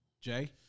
Jay